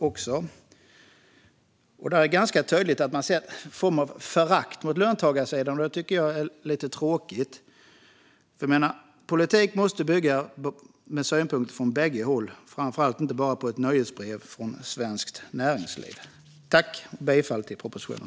Därifrån ser man ganska tydligt en form av förakt mot löntagarsidan, och det tycker jag är lite tråkigt. Politik måste bygga på synpunkter från bägge håll. Framför allt kan den inte bara bygga på ett nyhetsbrev från Svenskt Näringsliv. Jag yrkar bifall till förslaget.